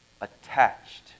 attached